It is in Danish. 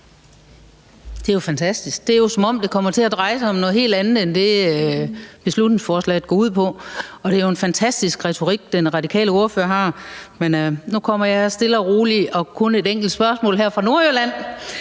Det er jo fantastisk. Det er jo, som om det kommer til at dreje sig om noget helt andet end det, beslutningsforslaget går ud på. Og det er jo en fantastisk retorik, den radikale ordfører har. Men nu kommer jeg stille og roligt med kun et enkelt spørgsmål her fra Nordjylland.